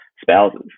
spouses